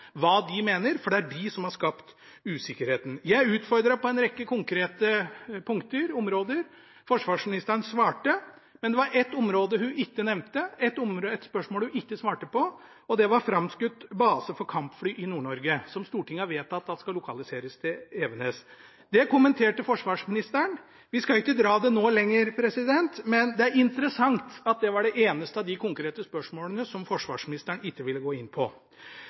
hva de mener, for det er de som har skapt usikkerheten. Jeg utfordret på en rekke konkrete områder. Forsvarsministeren svarte, men det var ett område hun ikke nevnte, ett spørsmål hun ikke svarte på, og det var framskutt base for kampfly i Nord-Norge, som Stortinget har vedtatt at skal lokaliseres til Evenes. Det kommenterte ikke forsvarsministeren. Vi skal ikke dra dette lenger nå, men det er interessant at dette var det eneste av de konkrete spørsmålene som forsvarsministeren ikke ville gå inn på.